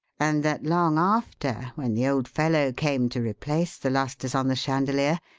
and that long after, when the old fellow came to replace the lustres on the chandelier,